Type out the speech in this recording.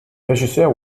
regisseur